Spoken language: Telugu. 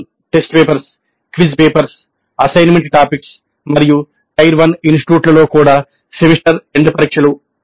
internal test papers quiz papers assignment topics మరియు టైర్ వన్ ఇనిస్టిట్యూట్లో కూడా సెమిస్టర్ ఎండ్ పరీక్షలు